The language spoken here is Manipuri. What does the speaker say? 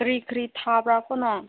ꯀꯔꯤ ꯀꯔꯤ ꯊꯥꯕ꯭ꯔꯥ ꯀꯨꯅꯣ